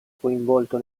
coinvolto